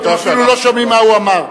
אתם אפילו לא שומעים מה שהוא אמר.